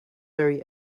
very